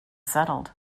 settled